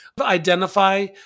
Identify